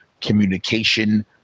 communication